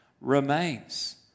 remains